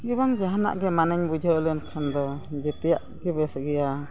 ᱡᱟᱦᱟᱱᱟᱜ ᱜᱮ ᱢᱟᱱᱮᱧ ᱵᱩᱡᱷᱟᱹᱣ ᱞᱮᱱᱠᱷᱟᱱ ᱫᱚ ᱡᱮᱛᱮᱭᱟᱜ ᱜᱮ ᱵᱮᱥ ᱜᱮᱭᱟ